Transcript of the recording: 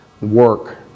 Work